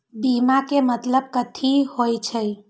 बीमा के मतलब कथी होई छई?